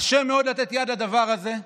קשה מאוד לתת יד לדבר הזה.